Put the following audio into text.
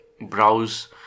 Browse